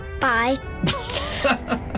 Bye